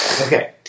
okay